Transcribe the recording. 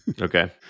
Okay